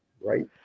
right